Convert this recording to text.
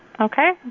Okay